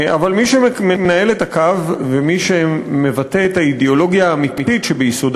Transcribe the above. אבל מי שמנהל את הקו ומי שמבטא את האידיאולוגיה האמיתית שביסודה